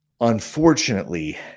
Unfortunately